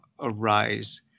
arise